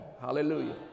Hallelujah